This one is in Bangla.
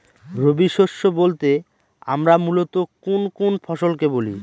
রবি শস্য বলতে আমরা মূলত কোন কোন ফসল কে বলি?